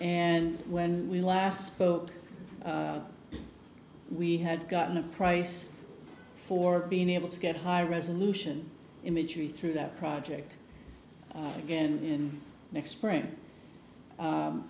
and when we last spoke we had gotten a price for being able to get high resolution imagery through that project again and next spring